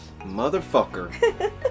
Motherfucker